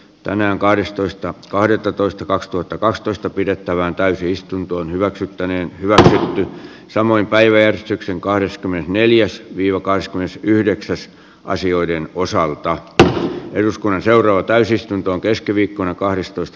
tänään kahdestoista kahdettatoista kaksituhattakaksitoista pidettävään täysistuntoon hyväksyttäneen hyvä samoin päiväjärjestyksen kahdeskymmenesneljäs viivakaisko yhdeksässä asioiden osalta eduskunnan seuraava täysistuntoon keskiviikkona kahdestoista